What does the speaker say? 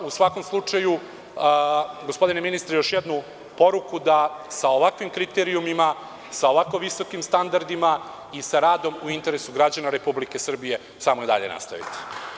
U svakom slučaju gospodine ministre još jednu poruku da sa ovakvim kriterijumima, sa ovako visokim standardima i sa radom u interesu građana Republike Srbije samo dalje nastavite.